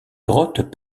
grottes